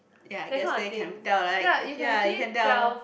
ya guessed Wayne can tell right ya you can tell